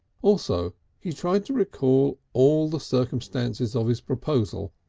also he tried to recall all the circumstances of his proposal,